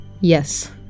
Yes